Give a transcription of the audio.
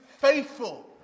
faithful